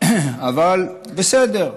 אבל בסדר.